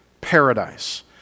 paradise